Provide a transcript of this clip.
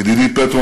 ידידי פטרו,